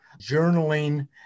journaling